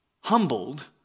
humbled